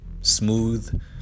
smooth